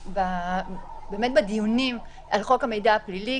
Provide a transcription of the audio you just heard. שבאמת בדיונים על חוק המידע הפלילי,